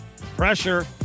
Pressure